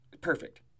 Perfect